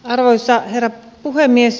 arvoisa herra puhemies